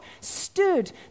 stood